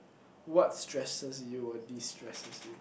what stresses you or distresses you